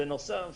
בנוסף,